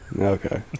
Okay